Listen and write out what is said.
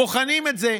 בוחנים את זה.